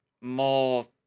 more